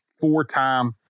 four-time